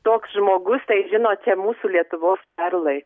toks žmogus tai žinote mūsų lietuvos perlai